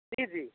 जी जी